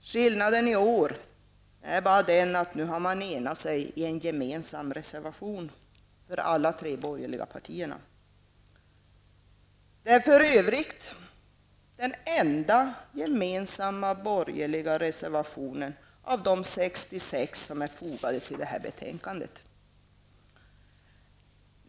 Skillnaden i år är den att man nu har enat sig i en reservation, som alltså är gemensam för alla de tre borgerliga partierna. Det är för övrigt den enda gemensamma borgerliga reservationen av alla de 66 reservationer som är fogade till det här betänkandet.